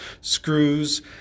screws